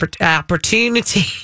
opportunity